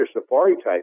safari-type